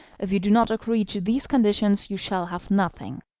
if you do not agree to these conditions you shall have nothing.